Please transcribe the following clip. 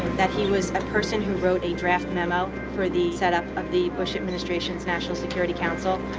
that he was a person who wrote a draft memo for the setup of the bush administration's national security council,